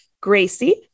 Gracie